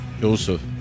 Joseph